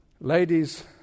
Ladies